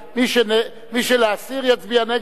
מי שלהסיר, יצביע נגד.